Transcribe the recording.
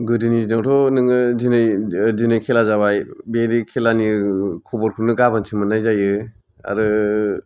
गोदोनि दिनावथ' नोङो ओ दिनै खेला जाबाय बे रि खेलानि खबरखौनो गाबोनसो मोननाय जायो आरो